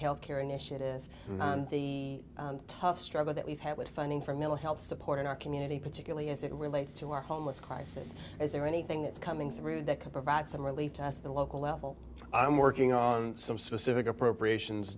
health care initiative and the tough struggle that we've had with funding for mental health support in our community particularly as it relates to our homeless crisis is there anything that's coming through that could provide some relief to us at the local level i'm working on some specific appropriations